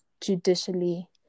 judicially